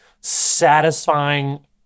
satisfying